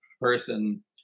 person